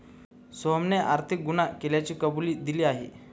सोहनने आर्थिक गुन्हा केल्याची कबुली दिली आहे